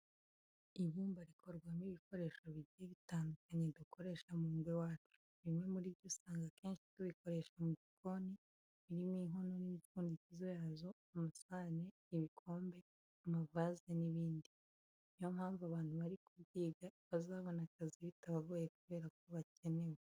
Ibumba rikorwamo ibikoresho bigiye bitandukanye dukoresha mu ngo iwacu. Bimwe muri byo usanga akenshi tubikoresha mu gikoni birimo inkono n'imipfundikizo yazo, amasahani, ibikombe, amavaze n'ibindi. Niyo mpamvu abantu bari kubyiga bazabona akazi bitabagoye kubera ko bakenewe.